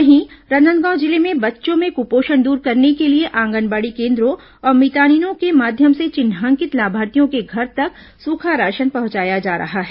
वहीं राजनांदगांव जिले में बच्चों में कुपोषण दूर करने के लिए आंगनबाड़ी केन्द्रों और मितानिनों के माध्यम से चिन्हांकित लाभार्थियों के घर तक सूखा राशन पहुंचाया जा रहा है